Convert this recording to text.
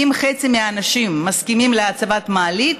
אם חצי מהאנשים מסכימים להצבת מעלית,